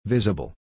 Visible